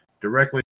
directly